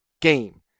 game